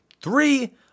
Three